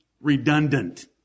redundant